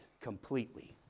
completely